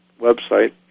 website